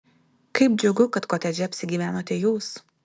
kaip džiugu kad kotedže apsigyvenote jūs